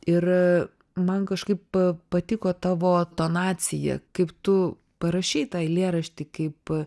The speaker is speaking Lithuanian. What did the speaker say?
ir man kažkaip patiko tavo tonacija kaip tu parašei tą eilėraštį kaip